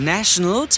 National